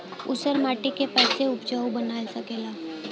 ऊसर माटी के फैसे उपजाऊ बना सकेला जा?